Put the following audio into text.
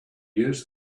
use